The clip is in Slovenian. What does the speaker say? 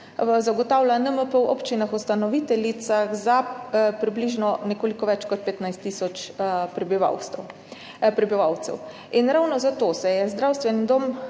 zagotavlja NMP v občinah ustanoviteljicah za nekoliko več kot 15 tisoč prebivalcev. Ravno zato se je Zdravstvenemu domu